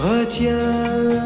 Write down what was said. Retiens